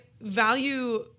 value